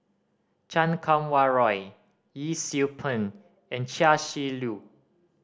Chan Kum Wah Roy Yee Siew Pun and Chia Shi Lu